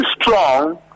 strong